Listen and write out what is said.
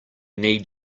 need